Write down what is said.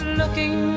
looking